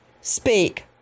speak